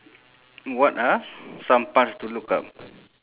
what are some parts to look up